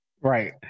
Right